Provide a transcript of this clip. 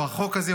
או החוק הזה,